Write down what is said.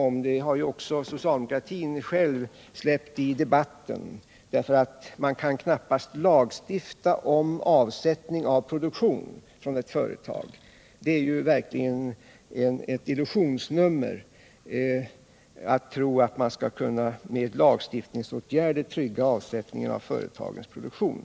Tanken på en Lex Olofström har också socialdemokratin själv — släppt i debatten, för man kan knappast lagstifta om avsättning av pro Om regeringsåtgär duktion från ett företag. Det är verkligen ett illusionsnummer att tro — dermed anledning att man skall kunna med lagstiftningsåtgärder trygga avsättningen av av NK/Åhléns företagens produktion.